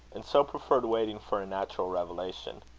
and so preferred waiting for a natural revelation.